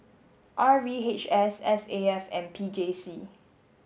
R V H S S A F and P J C